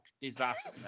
disaster